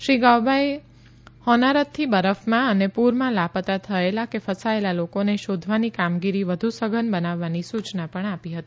શ્રી ગાબાએ હોનારતથી બરફમાં અને પૂરમાં લાપતા થયેલા કે ફસાયેલા લોકોને શોધવાની કામગીરી વધુ સઘન બનાવવાની સૂચના પણ આપી હતી